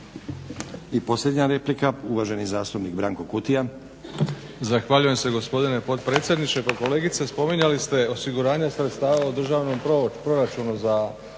I posljednja replika uvaženi zastupnik Branko Kutija.